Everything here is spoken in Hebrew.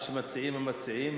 מה שמציעים המציעים,